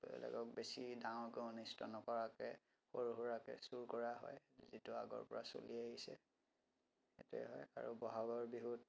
বেলেগক বেছি ডাঙৰকৈ অনিষ্ট নকৰাকৈ সৰু সুৰাকৈ চুৰ কৰা হয় যিটো আগৰ পৰা চলি আহিছে এইটোৱে হয় আৰু বহাগৰ বিহুত